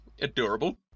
Adorable